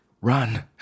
run